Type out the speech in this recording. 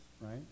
right